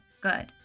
good